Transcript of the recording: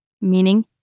Meaning